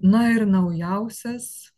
na ir naujausias